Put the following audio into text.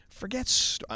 Forget